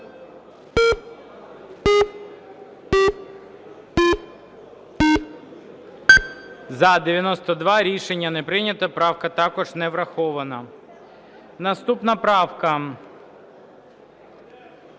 За-92 Рішення не прийнято. Правка також не врахована. Наступна правка,